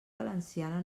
valenciana